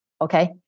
Okay